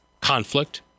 conflict